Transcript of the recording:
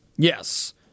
Yes